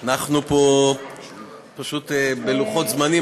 אנחנו פה פשוט בלוחות זמנים,